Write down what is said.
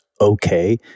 okay